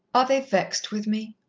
are they vexed with me?